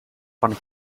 pan